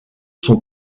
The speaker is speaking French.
sont